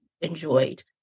enjoyed